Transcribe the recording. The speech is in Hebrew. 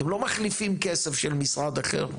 אתם לא מחליפים כסף של משרד אחר.